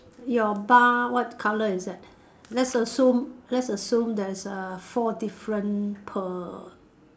your bar what colour is it let's assume let's assume there's uh four different per